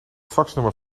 faxnummer